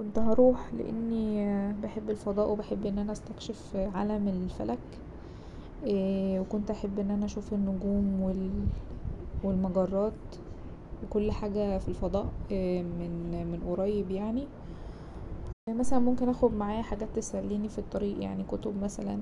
كنت هروح لأني بحب الفضاء وبحب ان انا استكشف عالم الفلك وكنت هحب ان انا اشوف النجوم والمجرات وكل حاجة في الفضاء من- من قريب يعني مثلا ممكن اخد معايا حاجات تسأليني في الطريق يعني كتب مثلا